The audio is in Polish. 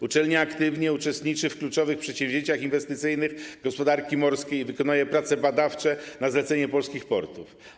Uczelnia aktywnie uczestniczy w kluczowych przedsięwzięciach inwestycyjnych gospodarki morskiej i wykonuje prace badawcze na zlecenie polskich portów.